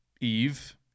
Eve